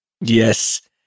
Yes